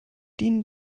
dienen